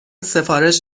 سفارش